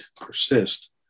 persist